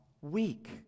weak